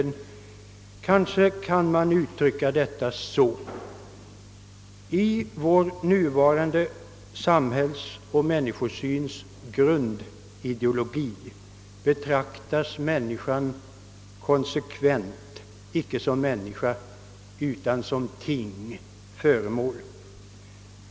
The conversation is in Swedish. Man kanske kan uttrycka det på detta sätt: I vår nuvarande samhällsoch människosyns grundideologi betraktas människan konsekvent icke såsom människa utan som ting, föremål.